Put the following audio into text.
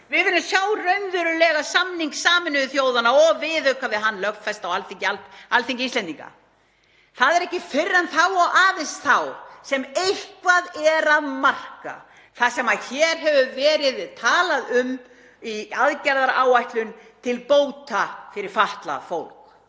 Við viljum sjá raunverulegan samning Sameinuðu þjóðanna og viðauka við hann lögfestan á Alþingi Íslendinga. Það er ekki fyrr en þá og aðeins þá sem eitthvað er að marka það sem hér hefur verið talað um í aðgerðaáætlun til bóta fyrir fatlað fólk.